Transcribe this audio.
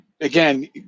again